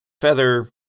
Feather